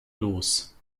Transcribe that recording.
los